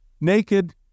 naked